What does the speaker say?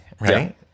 right